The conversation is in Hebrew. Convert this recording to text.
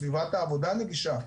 סביבת העבודה נגישה.